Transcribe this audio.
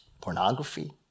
pornography